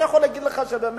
אני יכול להגיד לך שבאמת,